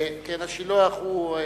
השילוח היא סילואן.